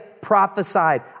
prophesied